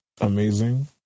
amazing